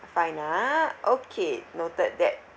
fine ah okay noted that